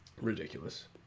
Ridiculous